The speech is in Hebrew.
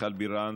מיכל בירן,